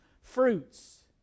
fruits